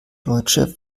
deutsche